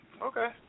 Okay